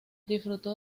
disfrutó